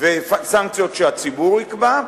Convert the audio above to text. וסנקציות שהציבור יקבע,